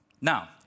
Now